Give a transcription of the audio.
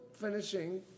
finishing